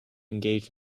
engage